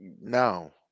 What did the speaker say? no